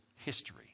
History